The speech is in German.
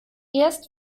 erst